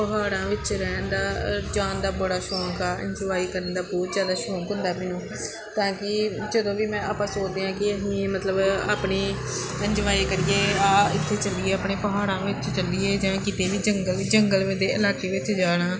ਪਹਾੜਾਂ ਵਿੱਚ ਰਹਿਣ ਦਾ ਜਾਣ ਦਾ ਬੜਾ ਸ਼ੌਕ ਆ ਇੰਜੋਏ ਕਰਨ ਦਾ ਬਹੁਤ ਜ਼ਿਆਦਾ ਸ਼ੌਕ ਹੁੰਦਾ ਮੈਨੂੰ ਤਾਂ ਕਿ ਜਦੋਂ ਵੀ ਮੈਂ ਆਪਾਂ ਸੋਚਦੇ ਹਾਂ ਕਿ ਅਸੀਂ ਮਤਲਬ ਆਪਣਾ ਇੰਜੋਏ ਕਰੀਏ ਆਹ ਇੱਥੇ ਚੱਲੀਏ ਆਪਣੇ ਪਹਾੜਾਂ ਵਿੱਚ ਚੱਲੀਏ ਜਾਂ ਕਿਤੇ ਵੀ ਜੰਗਲ ਜੰਗਲ ਦੇ ਇਲਾਕੇ ਵਿੱਚ ਜਾਣਾ